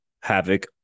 havoc